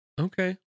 Okay